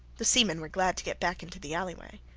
the seamen were glad to get back into the alleyway.